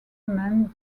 men